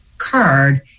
card